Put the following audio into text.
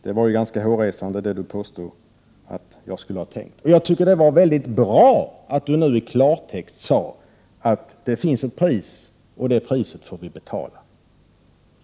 Det han påstod att jag skulle ha tänkt var ganska hårresande. Jag tycker att det var mycket bra att Hadar Cars nu sade att det finns ett pris, och att det priset får vi betala.